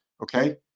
okay